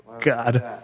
God